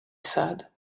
said